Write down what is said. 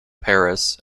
paris